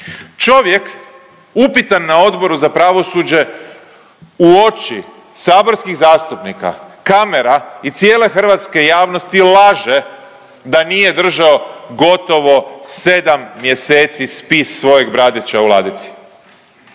Čovjek upitan na Odboru za pravosuđe u oči saborskih zastupnika, kamera i cijele hrvatske javnosti laže da nije držao gotovo sedam mjeseci spis svojeg bratića u ladici.